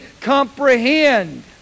comprehend